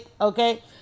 okay